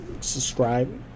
subscribe